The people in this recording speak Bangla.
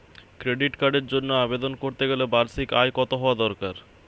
ক্রেডিট কার্ডের জন্য আবেদন করতে গেলে বার্ষিক আয় কত হওয়া দরকার?